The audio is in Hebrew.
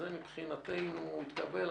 זה מבחינתנו התקבל.